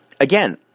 again